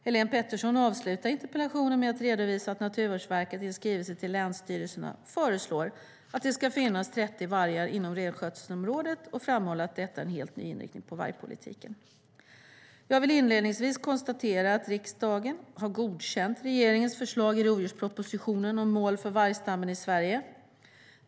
Helén Pettersson avslutar interpellationen med att redovisa att Naturvårdsverket i en skrivelse till länsstyrelserna föreslår att det ska finnas 30 vargar inom renskötselområdet och framhåller att detta är en helt ny inriktning på vargpolitiken. Jag vill inledningsvis konstatera att riksdagen har godkänt regeringens förslag i rovdjurspropositionen om mål för vargstammen i Sverige.